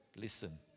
listen